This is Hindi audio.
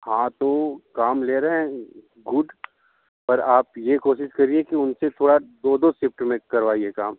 हाँ तो काम ले रहे हैं पर आप यह कोशिश करिए कि उनसे थोड़ा दो दो शिफ़्ट में करवाइए काम